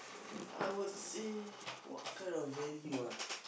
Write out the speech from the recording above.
I would say what kind of value ah